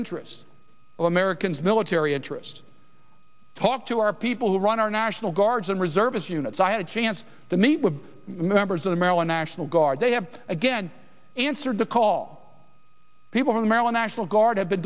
interests of americans military interest talk to our people who run our national guards and reservists units i had a chance to meet with members of the maryland national guard they have again answered the call people from the maryland national guard